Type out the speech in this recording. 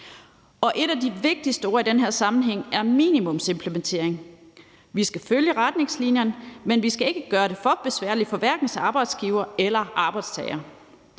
Et af de vigtigste ord i den her sammenhæng er minimumsimplementering. Vi skal følge retningslinjerne, men vi skal ikke gøre det for besværligt for hverken arbejdsgiver eller arbejdstager.